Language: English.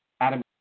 Adam